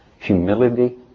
humility